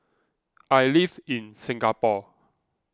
I live in Singapore